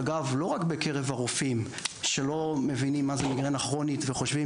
אגב לא רק בקרב הרופאים שלא מבינים מה זה מיגרנה כרונית וחושבים